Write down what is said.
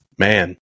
Man